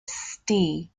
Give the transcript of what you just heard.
ste